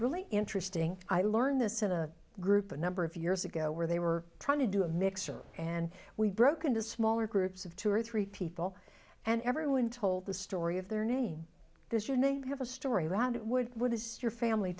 really interesting i learned this in a group a number of years ago where they were trying to do a mixture and we broke into smaller groups of two or three people and everyone told the story of their name this your name have a story around it would what is your family